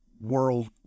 world